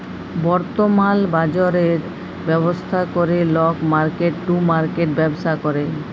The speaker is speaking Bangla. বর্তমাল বাজরের ব্যবস্থা ক্যরে লক মার্কেট টু মার্কেট ব্যবসা ক্যরে